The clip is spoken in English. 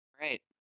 Right